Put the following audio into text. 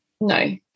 no